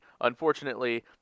Unfortunately